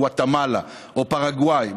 גואטמלה או פרגוואי,